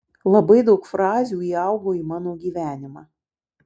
labai daug frazių įaugo į mano gyvenimą